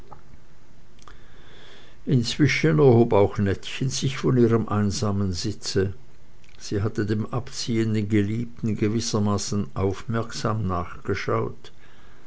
inzwischen erhob auch nettchen sich von ihrem einsamen sitze sie hatte dem abziehenden geliebten gewissermaßen aufmerksam nachgeschaut